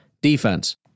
defense